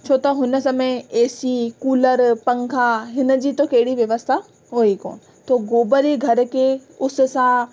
छो त हुन समय ए सी कूलर पंखां हिनजी त कहिड़ी व्यवस्था हुई कोन्ह त गोबर ई घर खे उस सां